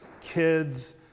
kids